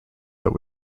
that